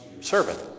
Servant